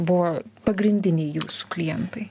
buvo pagrindiniai jūsų klientai